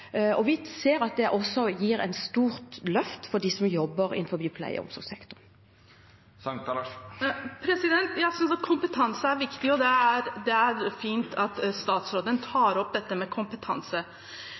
og vi ser at det også gir et stort løft for dem som jobber innenfor pleie- og omsorgssektoren. Jeg synes kompetanse er viktig, og det er fint at statsråden tar opp dette med kompetanse. Men den store utfordringen er jo at